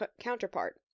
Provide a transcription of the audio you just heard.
counterpart